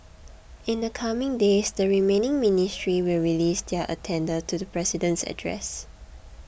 in the coming days the remaining ministries will release their addenda to the president's address